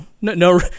No